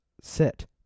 sit